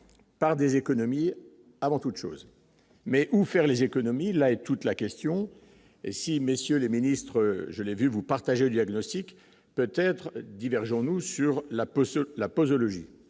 par des économies avant toute chose, mais ou faire les économies là est toute la question et si messieurs les Ministres, je l'ai vu vous partagez diagnostic peut-être divers journaux sur la Poste,